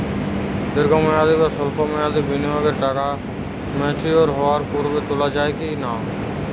দীর্ঘ মেয়াদি বা সল্প মেয়াদি বিনিয়োগের টাকা ম্যাচিওর হওয়ার পূর্বে তোলা যাবে কি না?